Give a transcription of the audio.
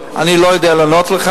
האם הוא היה מחוסן או לא?